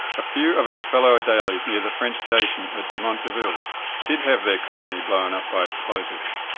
a few of its fellow adelies near the french station at dumont d'urville did have their colony blown up by explosives,